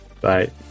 bye